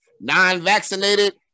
non-vaccinated